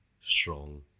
strong